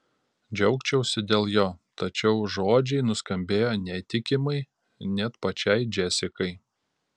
džiaugčiausi dėl jo tačiau žodžiai nuskambėjo neįtikimai net pačiai džesikai